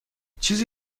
چیزی